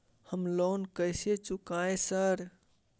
हम लोन कैसे चुकाएंगे सर?